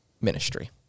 ministry